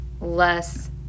less